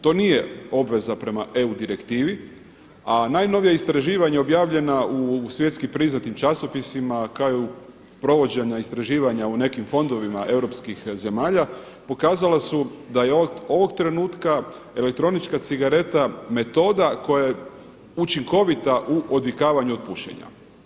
To nije obveza prema EU direktivi a najnovija istraživanja objavljena u svjetski priznatim časopisima kao i u provođenju istraživanja u nekim fondovima europskih zemalja pokazala su da je od ovog trenutka elektronička cigareta metoda koje učinkovita u odvikavanju od pušenja.